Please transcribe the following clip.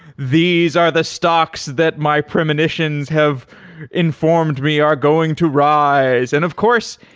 these are the stocks that my premonitions have informed. we are going to rise. and of course,